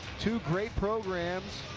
two great programs.